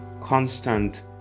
constant